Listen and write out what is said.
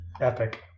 epic